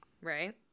Right